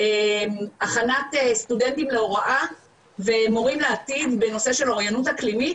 הכנת סטודנטים להוראה ומורים לעתיד בנושא של אוריינות אקלימית,